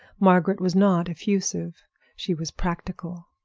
margaret was not effusive she was practical.